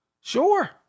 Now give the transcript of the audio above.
sure